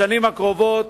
בשנים הקרובות